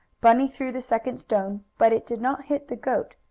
bunny threw the second stone, but it did not hit the goat.